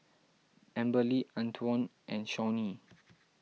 Amberly Antwon and Shawnee